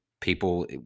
people